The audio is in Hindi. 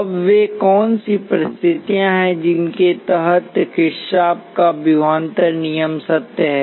अब वे कौन सी परिस्थितियाँ हैं जिनके तहत किरचॉफ का विभवान्तर नियम सत्य है